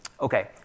Okay